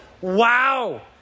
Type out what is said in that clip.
Wow